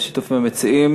בשיתוף עם המציעים,